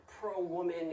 pro-woman